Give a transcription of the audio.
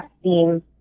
steam